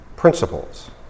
principles